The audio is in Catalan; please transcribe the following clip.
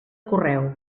correu